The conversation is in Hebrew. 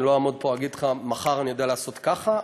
אני לא אעמוד פה ואגיד לך: מחר אני יודע לעשות ככה,